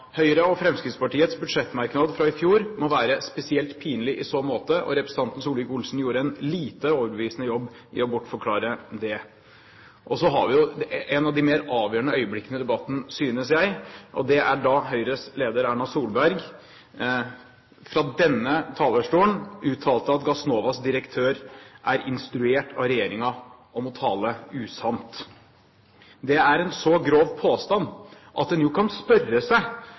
Høyre og Fremskrittspartiets budsjettmerknad i fjor må være spesielt pinlig i så måte, og representanten Solvik-Olsen gjorde en lite overbevisende jobb for å bortforklare det. Et av de mer avgjørende øyeblikkene i debatten, synes jeg, var da Høyres leder, Erna Solberg, fra denne talerstolen uttalte at Gassnovas direktør var instruert av regjeringen i å tale usant. Det er en så grov påstand at en jo kan spørre seg